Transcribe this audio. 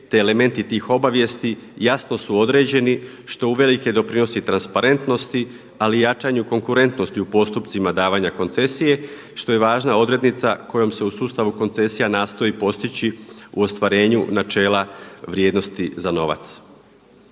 te elementi tih obavijesti jasno su određeni što uvelike doprinosi transparentnosti, ali i jačanju konkurentnosti u postupcima davanja koncesije što je važna odrednica kojom se u sustavu koncesija nastoji postići u ostvarenju načela vrijednosti za novac.